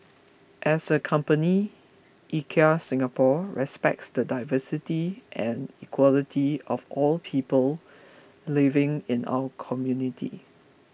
as a company IKEA Singapore respects the diversity and equality of all people living in our community